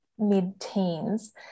mid-teens